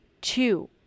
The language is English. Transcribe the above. two